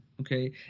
Okay